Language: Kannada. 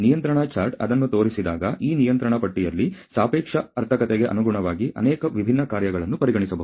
ನಿಯಂತ್ರಣ ಚಾರ್ಟ್ ಅದನ್ನು ತೋರಿಸಿದಾಗ ಈ ನಿಯಂತ್ರಣ ಪಟ್ಟಿಯಲ್ಲಿ ಸಾಪೇಕ್ಷ ಆರ್ಥಿಕತೆಗೆ ಅನುಗುಣವಾಗಿ ಅನೇಕ ವಿಭಿನ್ನ ಕಾರ್ಯಗಳನ್ನು ಪರಿಗಣಿಸಬಹುದು